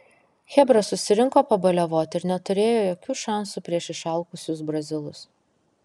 chebra susirinko pabaliavot ir neturėjo jokių šansų prieš išalkusius brazilus